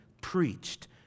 preached